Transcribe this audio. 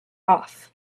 off